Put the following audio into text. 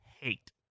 hate